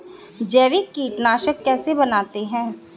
जैविक कीटनाशक कैसे बनाते हैं?